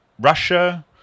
Russia